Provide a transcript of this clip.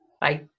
Bye